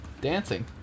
Dancing